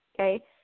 okay